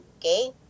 Okay